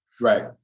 Right